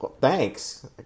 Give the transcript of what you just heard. thanks